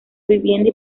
vivienda